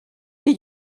did